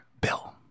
bill